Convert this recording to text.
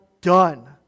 done